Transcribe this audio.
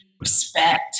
respect